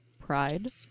Pride